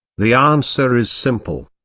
the answer is simple.